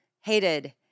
hated